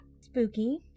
Spooky